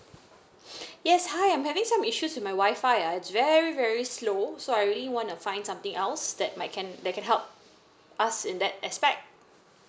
yes hi I'm having some issues with my Wi-Fi ah it's very very slow so I really wanna find something else that might can that can help us in that aspect